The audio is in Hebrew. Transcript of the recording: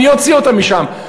מי יוציא אותן משם?